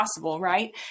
Right